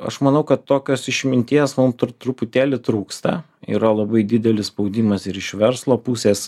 aš manau kad tokios išminties mum dar truputėlį trūksta yra labai didelis spaudimas ir iš verslo pusės